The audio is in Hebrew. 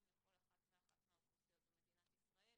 לכל אחת ואחת מהאוכלוסיות במדינת ישראל.